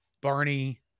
Barney